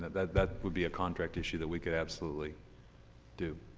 that that would be a contract issue that we could absolutely do.